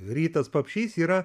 rytas papšys yra